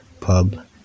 pub